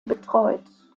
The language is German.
betreut